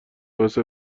باعث